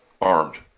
armed